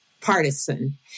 partisan